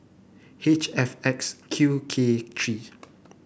H F X Q K three